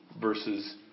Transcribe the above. versus